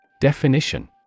Definition